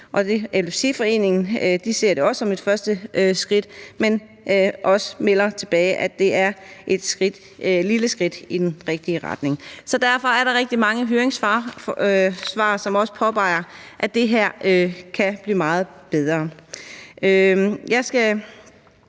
Epilepsiforeningen ser det også som et første skridt, men melder også tilbage, at det her er et lille skridt i den rigtige retning. Derfor er der rigtig mange høringssvar, som også påpeger, at det her kan blive meget bedre.